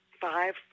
Five